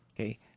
Okay